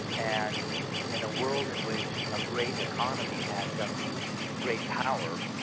and in a world in which a great economy adds up to great power,